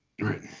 Right